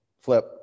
flip